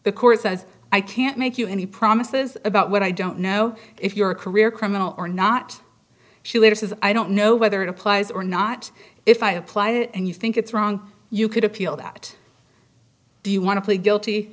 the court says i can't make you any promises about what i don't know if you're a career criminal or not she later says i don't know whether it applies or not if i applied it and you think it's wrong you could appeal that do you want to plead guilty